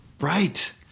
Right